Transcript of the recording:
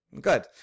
Good